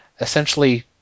essentially